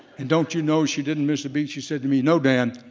and don't you know she didn't miss a beat she said to me, no, dan,